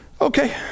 Okay